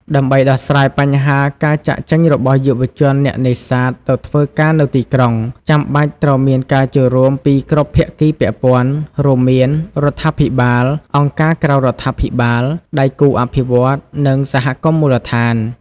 ដើម្បីដោះស្រាយបញ្ហាការចាកចេញរបស់យុវជនអ្នកនេសាទទៅធ្វើការនៅទីក្រុង ចាំបាច់ត្រូវមានការចូលរួមពីគ្រប់ភាគីពាក់ព័ន្ធ រួមមាន រដ្ឋាភិបាល អង្គការក្រៅរដ្ឋាភិបាល ដៃគូអភិវឌ្ឍន៍ និងសហគមន៍មូលដ្ឋាន។